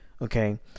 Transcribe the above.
okay